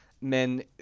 men